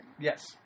Yes